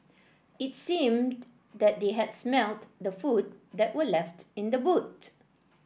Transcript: it seemed that they had smelt the food that were left in the boot